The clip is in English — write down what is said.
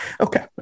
Okay